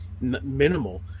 minimal